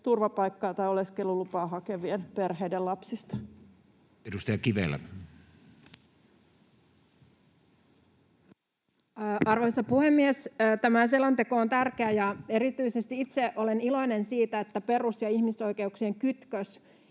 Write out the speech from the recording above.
turvapaikkaa tai oleskelulupaa hakevien perheiden lapsista. Edustaja Kivelä. Arvoisa puhemies! Tämä selonteko on tärkeä, ja itse olen iloinen erityisesti siitä, että perus‑ ja ihmisoikeuksien kytkös